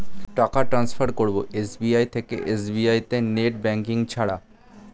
টাকা টান্সফার করব এস.বি.আই থেকে এস.বি.আই তে নেট ব্যাঙ্কিং ছাড়া?